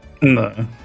No